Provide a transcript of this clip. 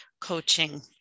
coaching